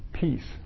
Peace